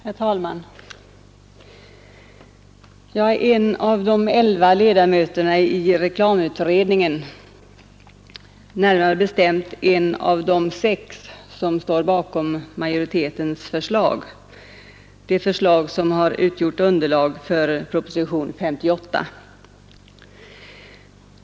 Herr talman! Jag är en av de elva ledamöterna i reklamutredningen och närmare bestämt en av de sex som står bakom majoritetens förslag — det förslag som har utgjort underlag för propositionen 58.